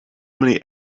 many